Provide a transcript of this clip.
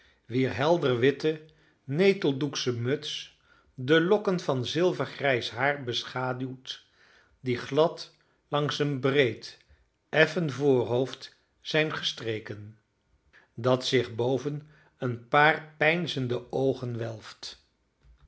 wier helderwitte neteldoeksche muts de lokken van zilvergrijs haar beschaduwt die glad langs een breed effen voorhoofd zijn gestreken dat zich boven een paar peinzende oogen welft